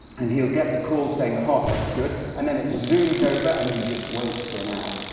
and he'll get the call saying the heart looks good. and then it zooms over. and he just waits for an hour.